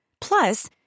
Plus